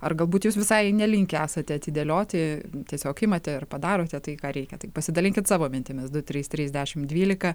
ar galbūt jūs visai nelinkę esate atidėlioti tiesiog imate ir padarote tai ką reikia tai pasidalinkit savo mintimis du trys trys dešim dvylika